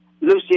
Lucy